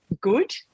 good